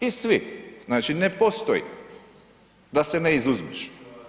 I svi, znači ne postoji da se ne izuzmeš.